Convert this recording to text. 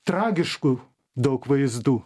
tragiškų daug vaizdų